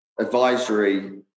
Advisory